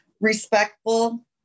respectful